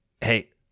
Hey